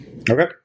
Okay